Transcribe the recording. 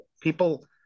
people